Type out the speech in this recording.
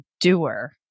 doer